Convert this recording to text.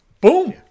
Boom